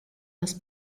das